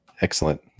Excellent